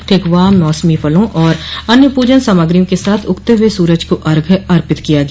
ठेकुआ मौसमी फल और अन्य पूजन सामग्रियों के साथ उगते हुए सूरज को अर्घ्य अर्पित किया गया